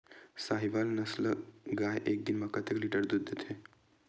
साहीवल नस्ल गाय एक दिन म कतेक लीटर दूध देथे?